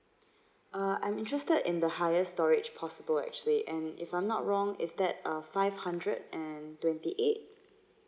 uh I'm interested in the higher storage possible actually and if I'm not wrong is that uh five hundred and twenty eight